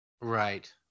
right